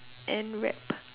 and rap